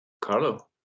Carlo